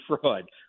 fraud